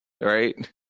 right